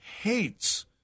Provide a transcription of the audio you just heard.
hates